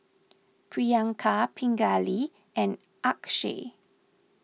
Priyanka Pingali and Akshay